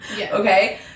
Okay